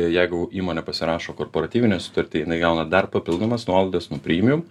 jeigu įmonė pasirašo korporatyvinę sutartį jinai gauna dar papildomas nuolaidas nuo premium